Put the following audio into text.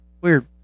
weird